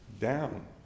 down